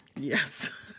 Yes